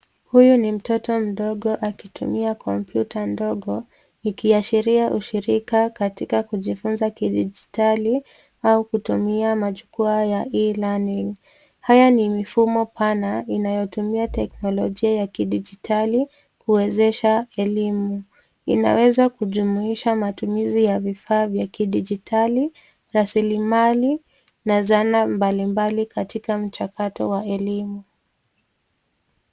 Huyu ni mtoto mdogo akitumia kompyuta ndogo ikiashiria ushirika katika kujifunza kidijitali au kutumia majukwaa ya e-learning . Haya ni mifumo pana inayotumia teknolojia ya kidijitali kuwezesha elimu. Inaweza kujumuisha matumizi ya vifaa vya kidijitali, raslimali na zana mbalimbali katika mchakato wa elimu.